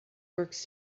works